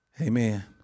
Amen